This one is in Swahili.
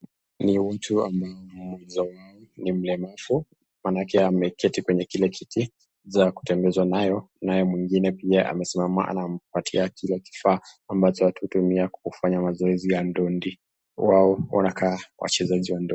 Ni watu ambao, mmoja ni mlemavu maanake ameketi kwenye kile kiti za kutembezwa nayo, naye mwingine pia amesimama anampatia kile kifaa ambacho watu hutumia kufanya mazoezi ya ndondi wao wanakaa wachezaji wa ndondi.